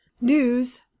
news